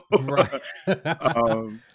right